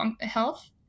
health